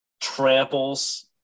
tramples –